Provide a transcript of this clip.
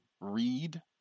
read